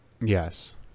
Yes